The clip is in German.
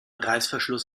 reißverschluss